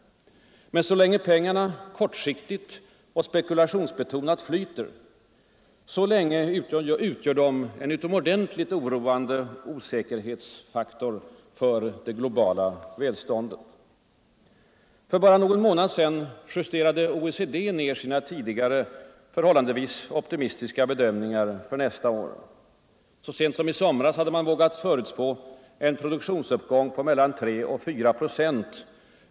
Så länge pengarna kortsiktigt och spekulationsbetonat flyter, så länge utgör de en för det globala välståndet utomordentligt oroande osäkerhetsfaktor. För bara någon månad sedan justerade OECD ner sin tidigare förhållandevis optimistiska bedömning för nästa år. Så sent som i somras hade man vågat förutspå en produktionsuppgång på mellan 3 och 4 procent.